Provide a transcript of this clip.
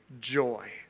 joy